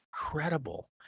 incredible